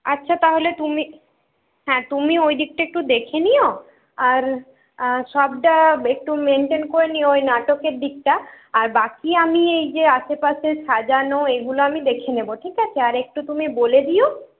আচ্ছা তাহলে তুমি হ্যাঁ তুমি ওই দিকটা একটু দেখে নিও আর সবটা একটু মেনটেন করে নিও ওই নাটকের দিকটা আর বাকি আমি এই যে আশেপাশের সাজানো এগুলো আমি দেখে নেবো ঠিক আছে আর একটু তুমি বলে দিও